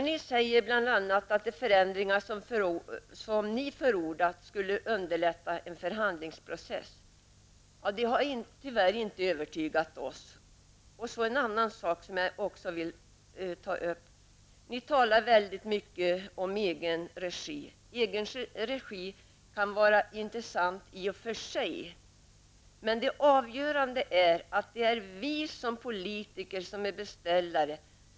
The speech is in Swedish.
Ni säger bl.a. att de förändringar som ni förordat skulle underlätta en förhandlingsprocess. Det har tyvärr inte övertygat oss. Och så en annan sak som jag också vill ta upp. Ni talar väldigt mycket om egen regi. Egen regi kan vara intressant i och för sig, men det avgörande är att det är vi som politiker som är beställare.